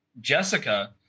Jessica